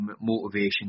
motivation